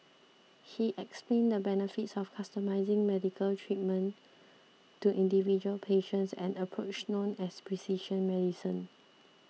he explained the benefits of customising medical treatment to individual patients an approach known as precision medicine